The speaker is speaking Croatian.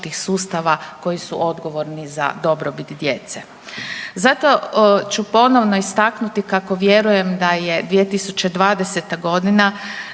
koji su odgovorni za dobrobit djece. Zato ću ponovno istaknuti kako vjerujem da 2020. g.